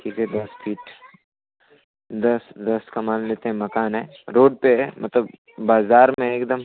ठीक है दस फिट दस दस का मान लेते हैं मकान है रोड पर है मतलब बाज़ार में है एक दम